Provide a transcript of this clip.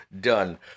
done